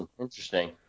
Interesting